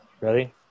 Ready